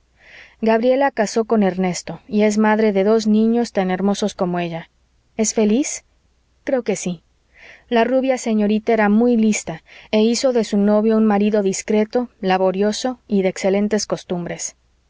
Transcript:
gabriela casó con ernesto y es madre de dos niños tan hermosos como ella es feliz creo que sí la rubia señorita era muy lista e hizo de su novio un marido discreto laborioso y de excelentes costumbres